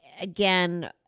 Again